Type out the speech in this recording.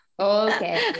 Okay